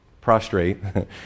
prostrate